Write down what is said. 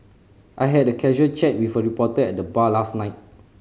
I had a casual chat with a reporter at the bar last night